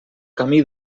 camí